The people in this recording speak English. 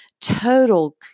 total